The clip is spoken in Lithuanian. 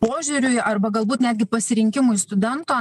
požiūriui arba galbūt netgi pasirinkimui studento